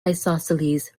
isosceles